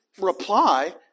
reply